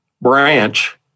branch